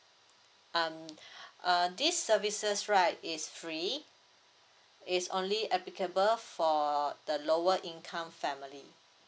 um err these services right is free it's only applicable for the lower income family